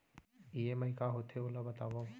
EMI का होथे, ओला बतावव